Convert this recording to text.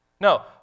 no